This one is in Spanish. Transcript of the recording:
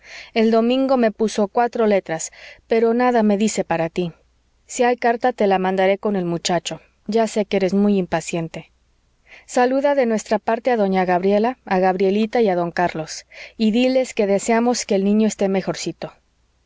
el domingo me puso cuatro letras pero nada me dice para tí si hay carta te la mandaré con el muchacho ya sé que eres muy impaciente saluda de nuestra parte a doña gabriela a gabrielita y a don carlos y diles que deseamos que el niño esté mejorcito